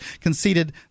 conceded